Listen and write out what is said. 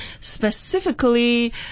specifically